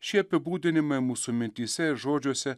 šie apibūdinimai mūsų mintyse ir žodžiuose